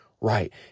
right